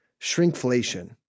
shrinkflation